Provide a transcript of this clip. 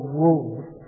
rules